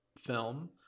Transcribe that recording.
film